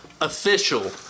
official